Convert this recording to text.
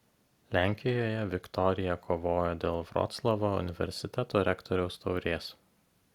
lenkijoje viktorija kovojo dėl vroclavo universiteto rektoriaus taurės